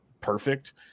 perfect